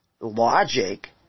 Logic